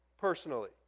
personally